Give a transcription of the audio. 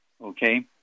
okay